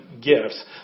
gifts